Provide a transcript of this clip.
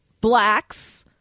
blacks